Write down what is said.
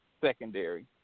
secondary